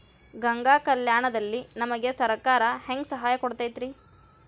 ಗಂಗಾ ಕಲ್ಯಾಣ ದಲ್ಲಿ ನಮಗೆ ಸರಕಾರ ಹೆಂಗ್ ಸಹಾಯ ಕೊಡುತೈತ್ರಿ?